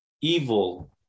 Evil